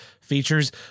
features